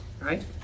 right